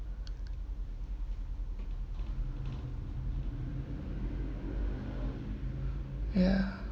ya